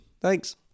Thanks